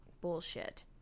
Bullshit